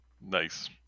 Nice